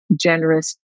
generous